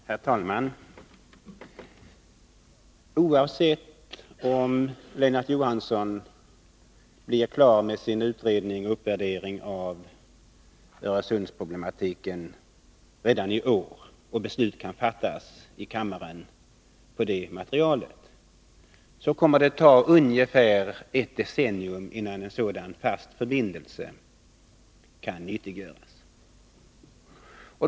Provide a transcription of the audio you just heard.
Herr talman! Oavsett om Lennart Johansson blir klar med sin utredning och utvärdering av Öresundsproblematiken redan i vår och beslut kan fattas i kammaren på det materialet, kommer det att ta ungefär ett decennium innan en fast förbindelse kan nyttiggöras.